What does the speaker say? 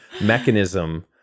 mechanism